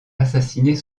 assassiner